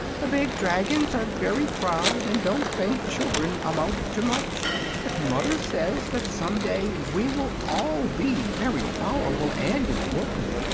the big dragons are very proud, and don't think children amount to much but mother says that some day we will all be very powerful and important.